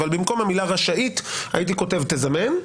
במקום המילה "רשאית", הייתי כותב "תזמן".